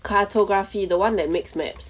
cartography the one that makes maps